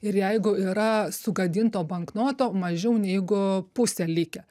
ir jeigu yra sugadinto banknoto mažiau neigu pusė likę